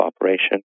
operation